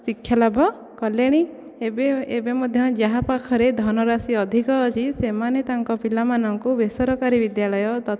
ଶିକ୍ଷା ଲାଭ କଲେଣି ଏବେ ଏବେ ମଧ୍ୟ ଯାହା ପାଖରେ ଧନରାଶି ଅଧିକ ଅଛି ସେମାନେ ତାଙ୍କ ପିଲା ମାନଙ୍କୁ ବେସରକାରୀ ବିଦ୍ୟାଳୟ ତଥା